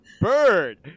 Bird